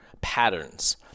patterns